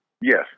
Yes